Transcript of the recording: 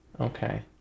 okay